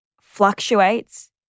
fluctuates